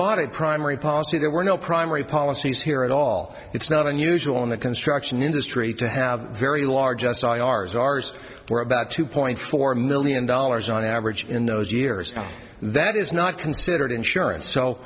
bought a primary policy there were no primary policies here at all it's not unusual in the construction industry to have very large s o i ours ours were about two point four million dollars on average in those years that is not considered insurance so